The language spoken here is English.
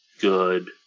good